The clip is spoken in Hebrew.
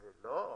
לא,